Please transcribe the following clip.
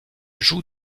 joue